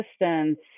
distance